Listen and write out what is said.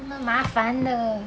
那么麻烦的